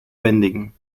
bändigen